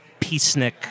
peacenik